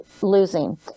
losing